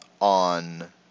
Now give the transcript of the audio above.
on